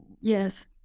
Yes